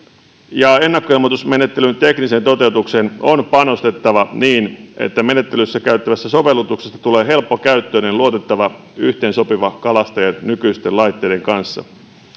ja ennakkoilmoitusmenettelyn tekniseen toteutukseen on panostettava niin että menettelyssä käytettävästä sovellutuksesta tulee helppokäyttöinen luotettava yhteensopiva kalastajien nykyisten laitteiden kanssa